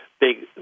big